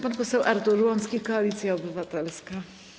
Pan poseł Artur Łącki, Koalicja Obywatelska.